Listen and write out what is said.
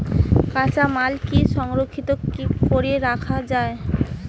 কাঁচামাল কি সংরক্ষিত করি রাখা যায়?